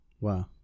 Wow